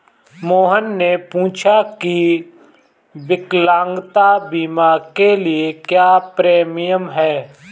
मोहन ने पूछा की विकलांगता बीमा के लिए क्या प्रीमियम है?